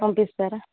పంపిస్తారా